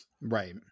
Right